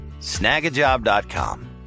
snagajob.com